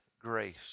grace